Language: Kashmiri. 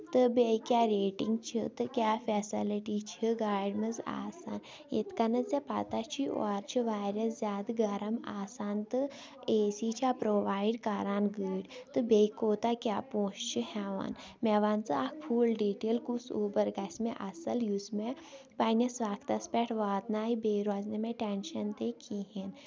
تہٕ بیٚیہِ کیاہ ریٹِنگ چھِ تہٕ کیاہ فیسلٹی چھِ گاڑِ منٛز آسان یِتھ کَنیتھ زَن ژےٚ پَتہ چھی اورٕ چھُ واریاہ زیادٕ گرٕم آسان تہٕ اے سی چھا پروایڈ کران گٲڑ تہٕ بیٚیہِ کوتاہ کیاہ پونسہٕ چھُ ہیٚوان مےٚ وَن ژٕ اکھ فوٚل ڈِٹیل کُس اوٗبر گژھِ مےٚ اَصٕل یُس مےٚ پںٕنِس وقتَس پٮ۪ٹھ واتناوِ بیٚیہِ روزِ نہٕ مےٚ ٹینشن تہِ کِہینۍ